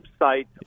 website